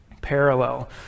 parallel